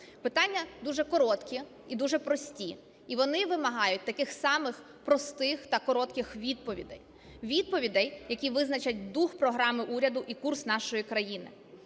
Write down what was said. Питання дуже короткі і дуже прості. І вони вимагають таких самих простих та коротких відповідей. Відповідей, які визначать дух програми уряду і курс нашої країни.